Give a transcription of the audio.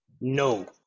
no